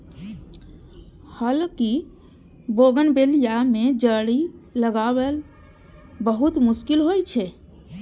हालांकि बोगनवेलिया मे जड़ि लागब बहुत मुश्किल होइ छै